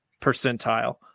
percentile